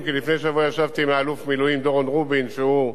שמקדם עכשיו פתרונות.